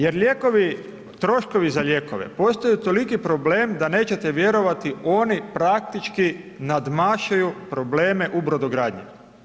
Jer lijekovi, troškovi za lijekove postaju toliki problem da nećete vjerovati oni praktički nadmašuju probleme u brodogradnji.